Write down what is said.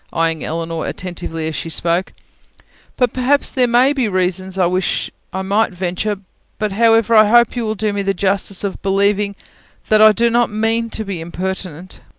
eyeing elinor attentively as she spoke but perhaps there may be reasons i wish i might venture but however i hope you will do me the justice of believing that i do not mean to be impertinent.